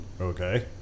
Okay